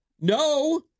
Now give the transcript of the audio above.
No